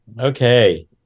Okay